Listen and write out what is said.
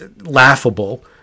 laughable